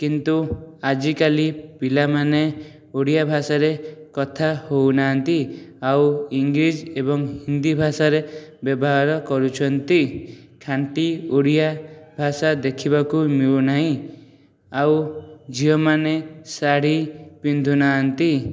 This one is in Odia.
କିନ୍ତୁ ଆଜିକାଲି ପିଲାମାନେ ଓଡ଼ିଆ ଭାଷାରେ କଥା ହେଉନାହାନ୍ତି ଆଉ ଇଂଲିଶ୍ ଏବଂ ହିନ୍ଦୀ ଭାଷାରେ ବ୍ୟବହାର କରୁଛନ୍ତି ଖାଣ୍ଟି ଓଡ଼ିଆ ଭାଷା ଦେଖିବାକୁ ମିଳୁନାହିଁ ଆଉ ଝିଅମାନେ ଶାଢ଼ୀ ପିନ୍ଧୁ ନାହାନ୍ତି